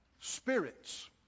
spirits